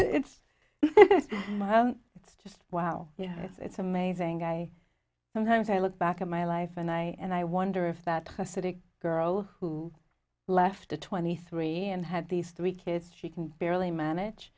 it's it's just wow it's amazing i sometimes i look back in my life and i and i wonder if that city girl who left a twenty three and had these three kids she can barely manage